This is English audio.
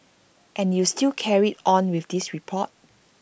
and you still carried on with this report